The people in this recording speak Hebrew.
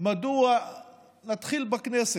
נתחיל בכנסת,